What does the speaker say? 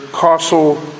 castle